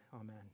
amen